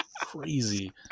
Crazy